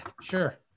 sure